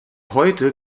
heute